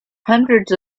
hundreds